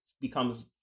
becomes